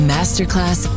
Masterclass